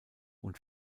und